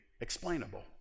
explainable